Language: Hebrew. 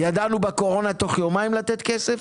ידענו בקורונה לתת תוך יומיים כסף.